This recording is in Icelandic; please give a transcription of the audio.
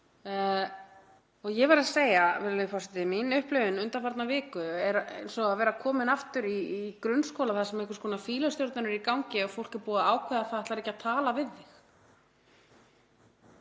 Ég verð að segja að mín upplifun undanfarna viku er eins og að vera komin aftur í grunnskóla þar sem einhvers konar fýlustjórnun er í gangi ef fólk er búið að ákveða að það ætlar ekki tala við þig.